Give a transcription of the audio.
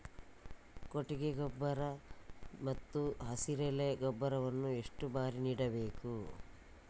ಕೊಟ್ಟಿಗೆ ಗೊಬ್ಬರ ಮತ್ತು ಹಸಿರೆಲೆ ಗೊಬ್ಬರವನ್ನು ಎಷ್ಟು ಬಾರಿ ನೀಡಬೇಕು?